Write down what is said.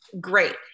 Great